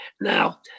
Now